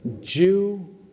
Jew